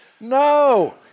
No